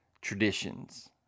traditions